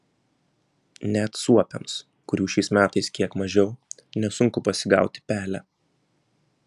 net suopiams kurių šiais metais kiek mažiau nesunku pasigauti pelę